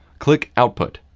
click output.